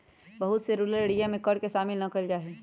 बहुत से rural area में कर के शामिल ना कइल जा हई